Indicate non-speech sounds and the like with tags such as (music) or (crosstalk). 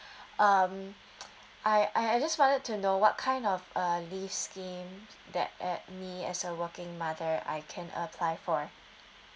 um (noise) I I just wanted to know what kind of uh leave scheme that at me as a working mother I can apply for